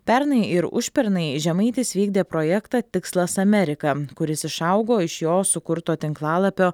pernai ir užpernai žemaitis vykdė projektą tikslas amerika kuris išaugo iš jo sukurto tinklalapio